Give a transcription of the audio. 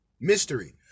mystery